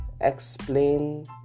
explain